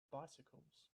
bicycles